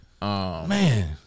Man